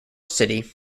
city